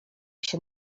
się